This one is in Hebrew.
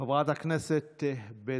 חברת הכנסת בזק.